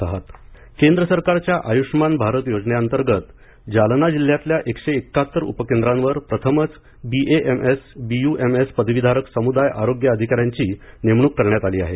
आयषमान केंद्र सरकारच्या आयुषमान भारत योजनेअंतर्गत जालना जिल्ह्यातल्या उपक्रेंद्रावर प्रथमच बीएएमएस बीयुएमएस पदवीधारक समुदाय आरोग्य अधिका यांची नेमणूक करण्यात आली आहे